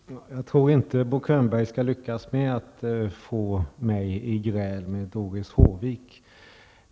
Herr talman! Jag tror inte att Bo Könberg skall lyckas med att få mig i gräl med Doris Håvik.